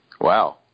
Wow